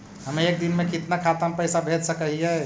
हम एक दिन में कितना खाता में पैसा भेज सक हिय?